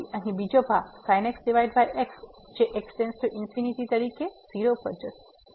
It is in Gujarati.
તેથી અહીં બીજો ભાગ sin x x જે x →∞ તરીકે 0 પર જશે